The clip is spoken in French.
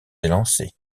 élancé